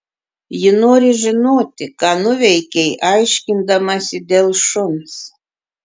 ji nori žinoti ką nuveikei aiškindamasi dėl šuns